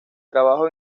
trabajo